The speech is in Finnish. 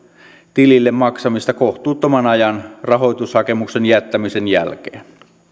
tilille maksamista kohtuuttoman ajan rahoitushakemuksen jättämisen jälkeen